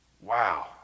Wow